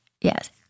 yes